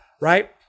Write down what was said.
right